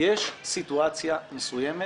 יש סיטואציה מסוימת